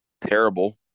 terrible